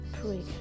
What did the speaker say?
pray